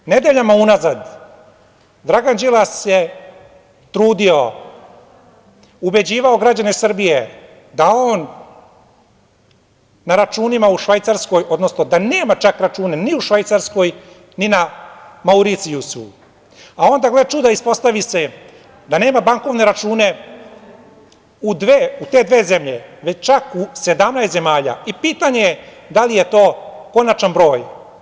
Nedeljama unazad Dragan Đilas se trudio, ubeđivao građane Srbije da nema čak račune ni u Švajcarskoj ni na Mauricijusu, onda, gle čuda, ispostavi se da nema bankovne račune u te dve zemlje, već čak u 17 zemalja i pitanje je da li je to konačan broj.